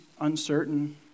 uncertain